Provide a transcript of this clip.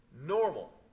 Normal